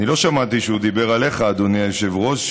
אני לא שמעתי שהוא דיבר עליך, אדוני היושב-ראש.